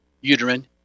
uterine